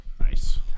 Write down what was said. Nice